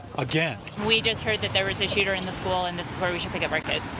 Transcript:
again. we just heard that there was a shooter in the school and this is where we should pick up our kids.